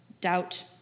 doubt